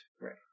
right